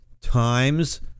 Times